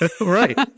Right